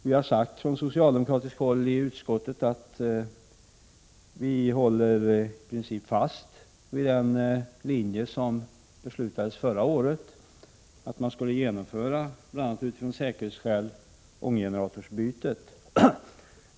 Vi har från socialdemokratiskt håll i utskottet sagt att vi i princip håller fast vid den linje som beslutades förra året, att man bl.a. av säkerhetsskäl skall genomföra ånggeneratorbytet.